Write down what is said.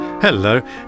hello